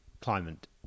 climate